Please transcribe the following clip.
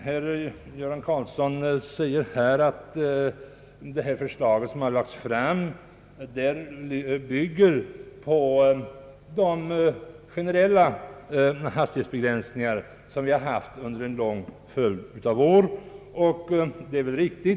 Herr Göran Karlsson framhåller, att det framlagda förslaget bygger på de generella hastighetsbegränsningar som har rått under en lång följd av år, och det påståendet är väl riktigt.